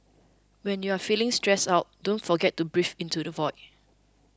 when you are feeling stressed out don't forget to breathe into the void